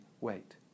weight